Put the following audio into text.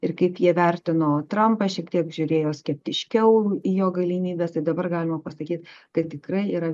ir kaip jie vertino trampą šiek tiek žiūrėjo skeptiškiau į jo galimybes tai dabar galima pasakyt kad tikrai yra